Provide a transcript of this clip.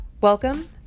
Welcome